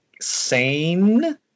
sane